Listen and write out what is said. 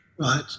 Right